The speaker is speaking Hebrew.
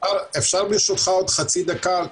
אפשר ברשותך עוד חצי דקה.